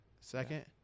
second